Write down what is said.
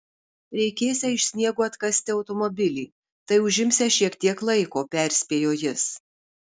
reikėsią iš sniego atkasti automobilį tai užimsią šiek tiek laiko perspėjo jis